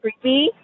creepy